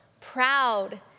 proud